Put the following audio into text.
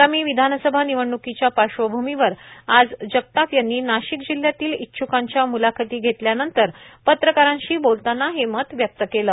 आगामी विधानसभा निवडण्कीच्या पार्श्वभूमीवर आज जगताप यांनी नाशिक जिल्ह्यातील इच्छ्कांच्या म्लाखती घेतल्यानंतर पत्रकारांशी बोलताना त्यांनी हे मत व्यक्त केलं